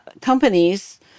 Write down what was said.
companies